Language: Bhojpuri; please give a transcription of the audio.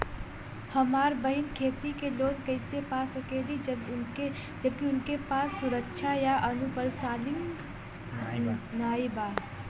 हमार बहिन खेती के लोन कईसे पा सकेली जबकि उनके पास सुरक्षा या अनुपरसांगिक नाई बा?